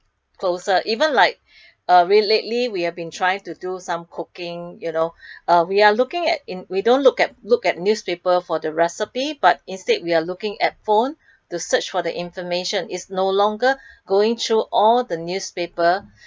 closer even like re lately we have been trying to do some cooking you know uh we are looking at in we don't look at look at newspaper for the recipe but instead we are looking at phone to search for information is no longer going through all the newspaper